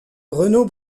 renaud